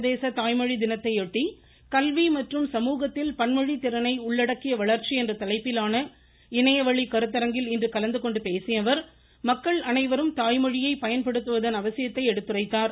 சர்வதேச தாய்மொழி தினத்தையொட்டி கல்வி மற்றும் சமூகத்தில் பன்மொழி திறனை உள்ளடக்கிய கருத்தரங்கில் இன்று கலந்துகொண்டு பேசியஅவர் மக்கள் அனைவரும் தாய் மொழியை பயன்படுத்துவதன் அவசியத்தை எடுத்துரைத்தார்